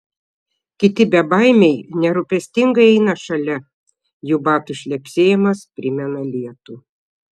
kiti bebaimiai nerūpestingai eina šalia jų batų šlepsėjimas primena lietų